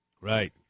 Right